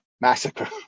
massacre